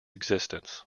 existence